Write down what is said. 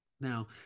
Now